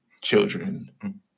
children